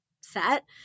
set